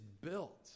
built